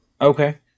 Okay